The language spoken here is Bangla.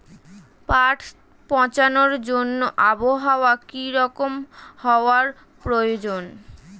পাট পচানোর জন্য আবহাওয়া কী রকম হওয়ার প্রয়োজন?